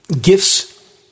gifts